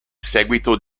seguito